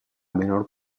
menor